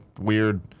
weird